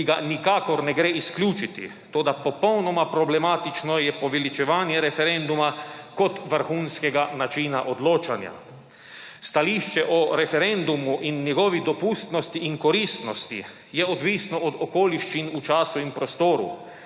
ki ga nikakor ne gre izključiti, toda popolnoma problematično je poveličevanje referenduma kot vrhunskega načina odločanja. Stališče o referendumu in njegovi dopustnosti in koristnosti je odvisno od okoliščin v času in prostoru.